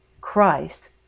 Christ